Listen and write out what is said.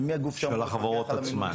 של החברות עצמן.